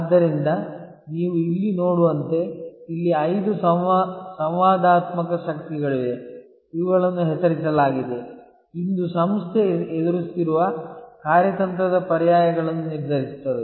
ಆದ್ದರಿಂದ ನೀವು ಇಲ್ಲಿ ನೋಡುವಂತೆ ಇಲ್ಲಿ ಐದು ಸಂವಾದಾತ್ಮಕ ಶಕ್ತಿಗಳಿವೆ ಇವುಗಳನ್ನು ಹೆಸರಿಸಲಾಗಿದೆ ಇದು ಸಂಸ್ಥೆ ಎದುರಿಸುತ್ತಿರುವ ಕಾರ್ಯತಂತ್ರದ ಪರ್ಯಾಯಗಳನ್ನು ನಿರ್ಧರಿಸುತ್ತದೆ